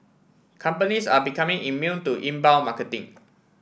companies are becoming immune to inbound marketing